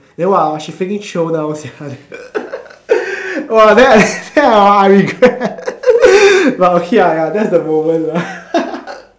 then !wah! she freaking chio now sia !wah! then I then I regret but okay ah ya that's the moment lah